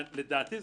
לדעתי,